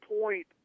point